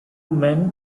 men